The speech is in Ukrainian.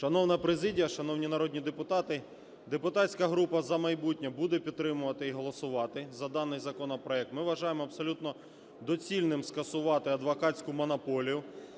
Шановна президія, шановні народні депутати, депутатська група "За майбутнє" буде підтримувати і голосувати за даний законопроект. Ми вважаємо абсолютно доцільним скасувати адвокатську монополію.